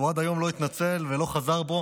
הוא עד היום לא התנצל ולא חזר בו